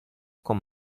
con